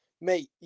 Mate